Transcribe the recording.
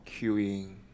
cueing